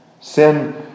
Sin